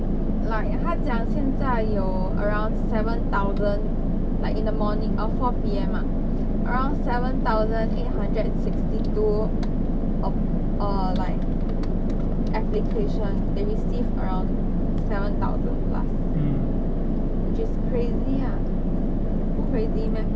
like 他讲现在有 around seven thousand like in the morning err four P_M ah around seven thousand eight hundred and sixty two of err like application they received around seven thousand plus which is crazy lah 不 crazy meh